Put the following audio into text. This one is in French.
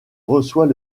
reçoit